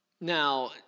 Now